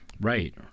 Right